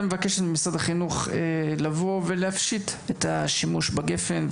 מבקשת ממשרד החינוך להפשיט את השימוש בגפ"ן,